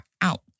out